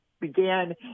began